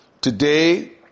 Today